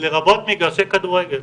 לרבות מגרשי כדורגל.